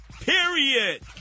period